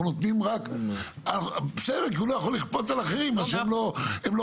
כי הוא לא יכול לכפות על אחרים את מה שהם לא רוצים.